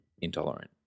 Intolerant